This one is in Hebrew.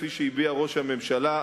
כפי שהביע ראש הממשלה,